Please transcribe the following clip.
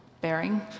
bearing